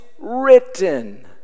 written